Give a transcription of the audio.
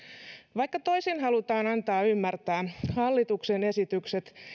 vaikka toisin halutaan antaa ymmärtää hallituksen esitykset